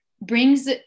brings